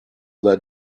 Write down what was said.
led